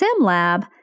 SimLab